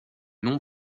non